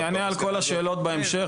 אנשי המקצוע של המשרד תומכים בהסכם הזה?